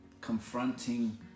confronting